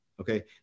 Okay